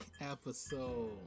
episode